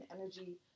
energy